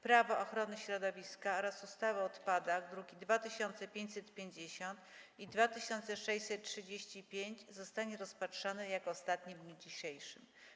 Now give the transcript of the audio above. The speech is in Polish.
Prawo ochrony środowiska oraz ustawy o odpadach, druki nr 2550 i 2635, zostanie rozpatrzony jako ostatni w dniu dzisiejszym.